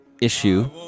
issue